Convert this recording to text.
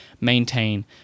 maintain